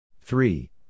three